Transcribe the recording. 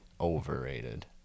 overrated